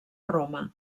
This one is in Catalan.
roma